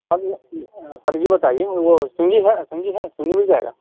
سب یہ بتائیے وہ سنگی ہے سنگی ہے سنگی مل جائے گا